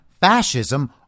fascism